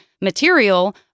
material